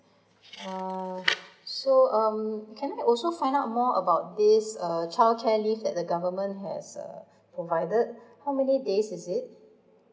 err so um can I also find out more about this err childcare leave that the government has uh provided how many days is it